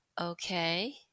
okay